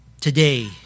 Today